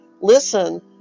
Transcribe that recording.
listen